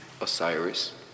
Osiris